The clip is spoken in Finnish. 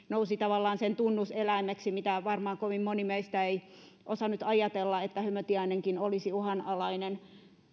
nousi tavallaan sen tunnuseläimeksi eikä varmaan kovin moni meistä osannut ajatella että hömötiainenkin olisi uhanalainen